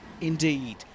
indeed